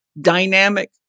dynamic